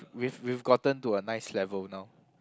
we've we've gotten to a nice level now